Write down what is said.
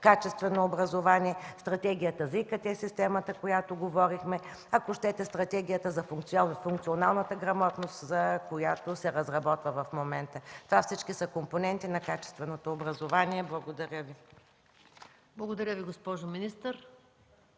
качествено образование; Стратегията за ИКТ системата, за която говорихме; ако щете, Стратегията за функционалната грамотност, която се разработва в момента. Всички са компоненти на качественото образование. Благодаря Ви. ПРЕДСЕДАТЕЛ МАЯ МАНОЛОВА: Благодаря Ви, госпожо министър.